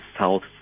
south